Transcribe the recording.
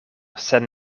sen